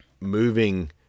moving